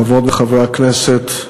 חברות וחברי הכנסת,